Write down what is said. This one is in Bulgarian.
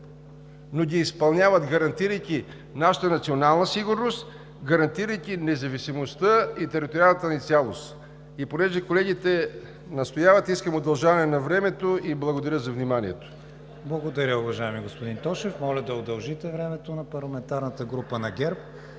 но ги изпълняват, гарантирайки нашата национална сигурност, гарантирайки независимостта и териториалната ни цялост. И понеже колегите настояват, искам удължаване на времето. Благодаря за вниманието. ПРЕДСЕДАТЕЛ КРИСТИАН ВИГЕНИН: Благодаря, уважаеми господин Тошев. Моля да удължите времето на парламентарната група на ГЕРБ.